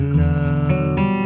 love